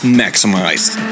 maximized